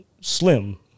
slim